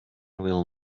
will